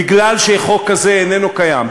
בגלל שחוק כזה איננו קיים,